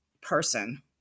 person